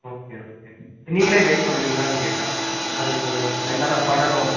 okay okay நீங்களே guide பண்ணுவீங்களான்னு கேட்கறேன் அதுக்கு நான் என்னென்ன பண்ணணும்